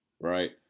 Right